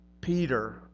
Peter